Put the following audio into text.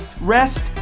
rest